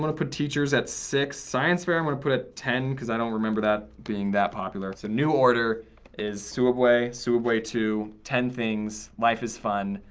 put teachers at six. science fair, i'm gonna put at ten, cause i don't remember that being that popular. so, new order is sooubway, sooubway two, ten things, life is fun,